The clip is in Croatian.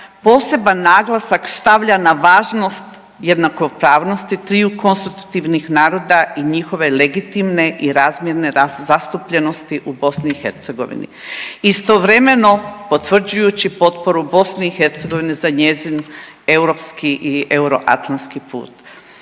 poseban naglasak stavlja na važnost jednakopravnosti triju konstitutivnih naroda i njihove legitimne i razmjerne zastupljenosti u BiH istovremeno potvrđujući potporu BiH za njezin europski i euroatlantski put.